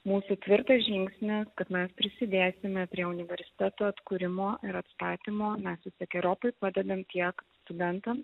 mūsų tvirtas žingsnis kad mes prisidėsime prie universiteto atkūrimo ir atstatymo mes visokeriopai padedam tiek studentam